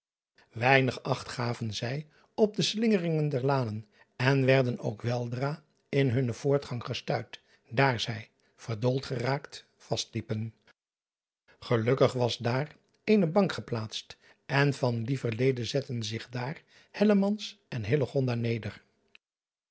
einig acht gaven zij op de slingeringen der lanen en werden ook weldra in hunnen voortgang gestuit daar zij verdoold geraakt vast liepen elukkig was daar eene bank geplaatst en van lieverlede zetten zich daar en neder